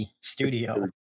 studio